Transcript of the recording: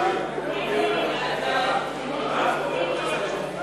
מסדר-היום את הצעת חוק הרשויות המקומיות (פטור חיילים,